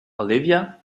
olivia